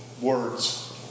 words